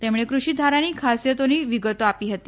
તેમણે કૃષિ ધારાની ખાસીયતોની વિગતો આપી હતી